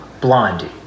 blondie